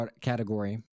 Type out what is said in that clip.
category